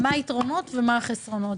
מה היתרונות ומה החסרונות.